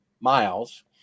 miles